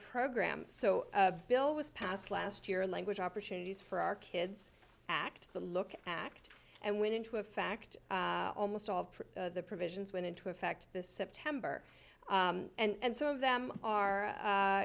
program so the bill was passed last year language opportunities for our kids act the look act and went into a fact almost all of the provisions went into effect this september and some of them are